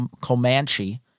Comanche